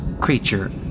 creature